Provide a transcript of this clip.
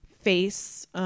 face